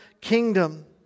kingdom